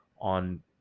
on